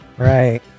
Right